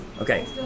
Okay